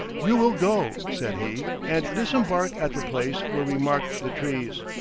you will go, said he, and disembark at the place where we marked the trees.